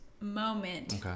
moment